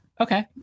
Okay